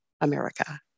America